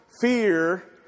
fear